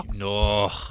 No